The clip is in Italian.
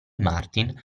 martin